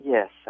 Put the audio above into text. Yes